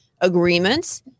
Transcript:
agreements